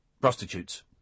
Prostitutes